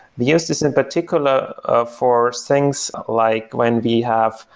we use this in particular ah for things like when we have,